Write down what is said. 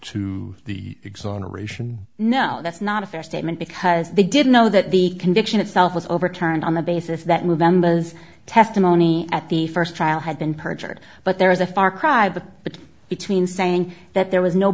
to the exoneration now that's not a fair statement because they didn't know that the conviction itself was overturned on the basis that movember as testimony at the first trial had been perjured but there is a far cry but the between saying that